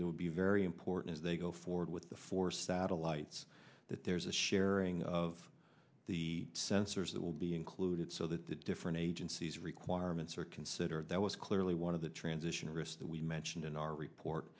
it would be very important as they go forward with the four satellites that there's a sharing of the sensors that will be included so that the different agencies requirements are considered that was clearly one of the transition risks that we mentioned in our report